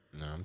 No